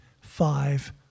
five